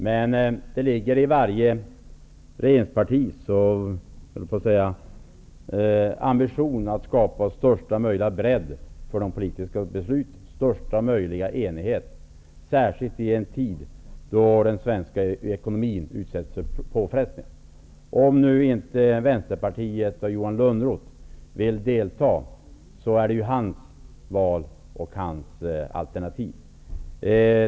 Men det ligger i varje regerings ambition att skapa största möjliga majoritet för och största möjliga enighet kring de politiska besluten, särskilt i en tid då den svenska ekonomin utsätts för påfrestningar. Om emellertid Johan Lönnroth och Vänsterpartiet inte vill delta, är det deras val och deras alternativ.